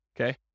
okay